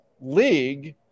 league